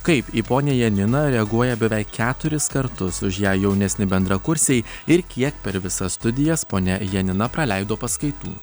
kaip į ponią janiną reaguoja beveik keturis kartus už ją jaunesni bendrakursiai ir kiek per visas studijas ponia janina praleido paskaitų